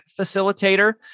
facilitator